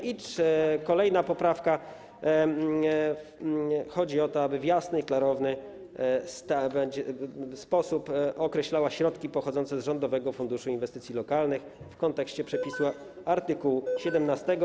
I kolejna poprawka - chodzi o to, aby w jasny i klarowny sposób określić środki pochodzące z Rządowego Funduszu Inwestycji Lokalnych w kontekście przepisu art. 17.